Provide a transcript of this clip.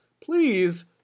please